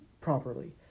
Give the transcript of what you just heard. properly